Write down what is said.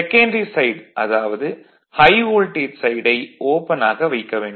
secondary side அதாவது high voltage சைடை ஓபனாக வைக்க வேண்டும்